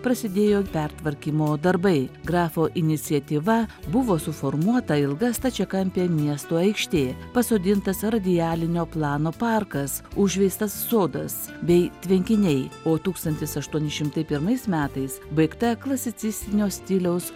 prasidėjo pertvarkymo darbai grafo iniciatyva buvo suformuota ilga stačiakampė miesto aikštė pasodintas radialinio plano parkas užveistas sodas bei tvenkiniai o tūkstantis aštuoni šimtai pirmais metais baigta klasicistinio stiliaus